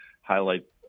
highlight